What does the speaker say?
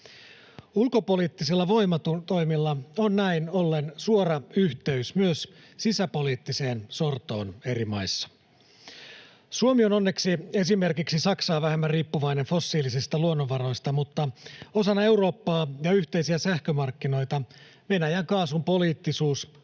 Ulkopoliittisilla voimatoimilla on näin ollen suora yhteys myös sisäpoliittiseen sortoon eri maissa. Suomi on onneksi esimerkiksi Saksaa vähemmän riippuvainen fossiilisista luonnonvaroista, mutta osana Eurooppaa ja yhteisiä sähkömarkkinoita Venäjän kaasun poliittisuus